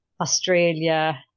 Australia